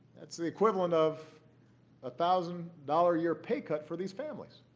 that's the equivalent of a thousand-dollar-a-year pay cut for these families.